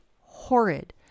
horrid